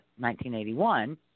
1981